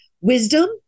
wisdom